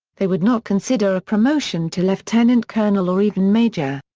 they would not consider a promotion to lieutenant colonel or even major.